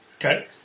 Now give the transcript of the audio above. Okay